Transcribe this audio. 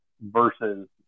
versus